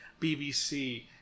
BBC